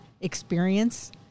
experience